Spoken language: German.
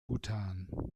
bhutan